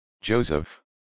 Joseph